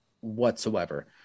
whatsoever